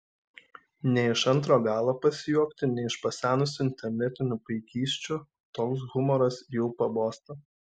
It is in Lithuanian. ne iš antro galo pasijuokti ne iš pasenusių internetinių paikysčių toks humoras jau pabosta